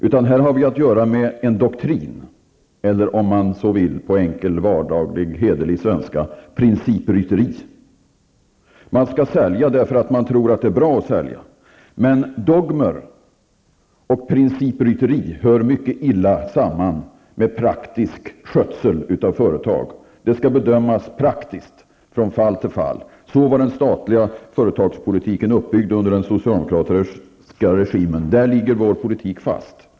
Vi har här att göra med en doktrin eller -- på enkel, vardaglig och hederlig svenska -- principrytteri. Man skall sälja därför att man tror att det är bra att sälja. Men dogmer och principrytteri hör mycket illa samman med praktisk skötsel av företag. Det skall bedömas praktiskt från fall till fall. Så var den statliga företagspolitiken uppbyggd under den socialdemokratiska regimen. Vår politik ligger fast där.